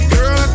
Girl